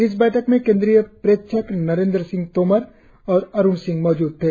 इस बैठक में केंद्रीय प्रेक्षक नरेंद्र सिंह तोमर और अरुण सिंह मौजूद थे